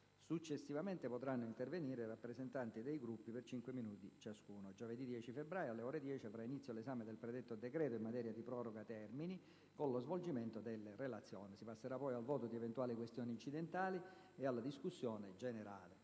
Successivamente potranno intervenire i rappresentanti dei Gruppi, per 5 minuti ciascuno. Giovedì 10 febbraio, alle ore 10, avrà inizio 1'esame del predetto decreto in materia di proroga termini, con lo svolgimento delle relazioni. Si passerà poi al voto di eventuali questioni incidentali e alla discussione generale.